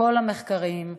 כל המחקרים,